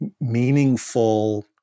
Meaningful